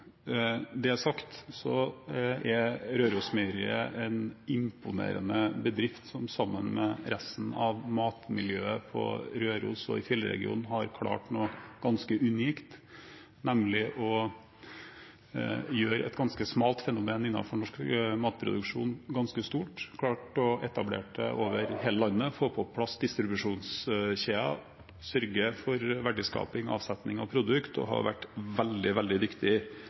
det er sagt, er Rørosmeieriet en imponerende bedrift, som sammen med resten av matmiljøet på Røros og i fjellregionen har klart noe ganske unikt, nemlig å gjøre et ganske smalt fenomen innenfor norsk matproduksjon ganske stort. De har klart å etablere det over hele landet, få på plass distribusjonskjeder og sørge for verdiskaping og avsetning av produkter, og de har vært veldig, veldig